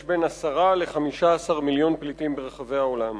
יש בין 10 ל-15 מיליון פליטים ברחבי העולם.